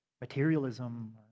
materialism